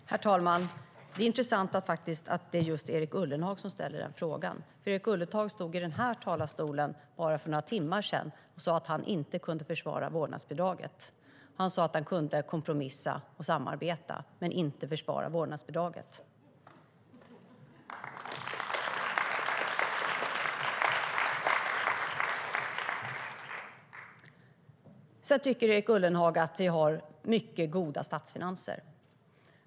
Herr talman! Det är intressant att det är just Erik Ullenhag som ställer den frågan. Erik Ullenhag stod i den här talarstolen för bara några timmar sedan och sa att han inte kunde försvara vårdnadsbidraget. Han sa att han kunde kompromissa och samarbeta men inte försvara vårdnadsbidraget. Erik Ullenhag tycker att vi har mycket goda statsfinanser.